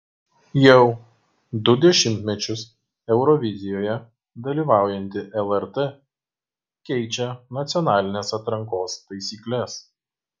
jau du dešimtmečius eurovizijoje dalyvaujanti lrt keičia nacionalinės atrankos taisykles